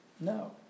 no